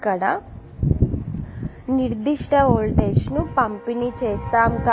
ఇక్కడ నిర్దిష్ట వోల్టేజ్ను వర్తింపచేస్తాం